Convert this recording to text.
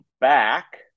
back